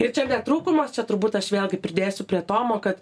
ir čia ne trūkumas čia turbūt aš vėlgi pridėsiu prie tomo kad